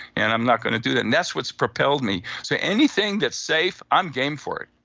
and i'm not going to do that. and that's what's propelled me so, anything that's safe, i'm game for it.